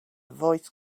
voice